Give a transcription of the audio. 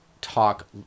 talk